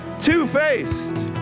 Two-faced